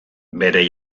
bere